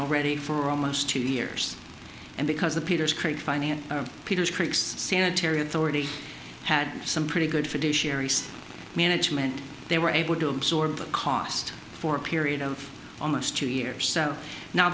already for almost two years and because the peters create finance peters cricks sanitary authority had some pretty good for do sherry's management they were able to absorb a cost for a period of almost two years so now